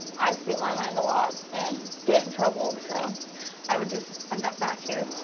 i speak my mind a lot and get in trouble, so i would just wind up back here.